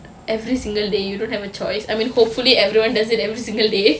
every single day you don't have a choice I mean hopefully everyone does it every single day